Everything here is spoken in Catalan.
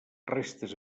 restes